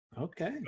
Okay